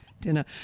dinner